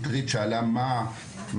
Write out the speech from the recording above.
הגב' קטי שטרית שאלה מה חסר